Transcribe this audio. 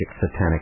satanic